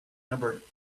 numbered